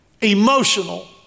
emotional